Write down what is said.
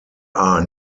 are